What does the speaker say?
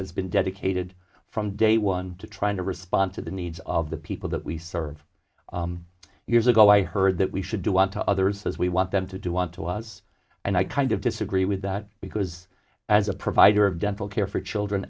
has been dedicated from day one to trying to respond to the needs of the people that we serve years ago i heard that we should do want to others as we want them to do want to us and i kind of disagree with that because as a provider of dental care for children